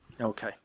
Okay